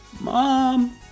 Mom